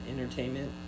entertainment